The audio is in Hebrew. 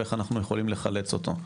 ואיך אנחנו יכולים לחלץ אותו.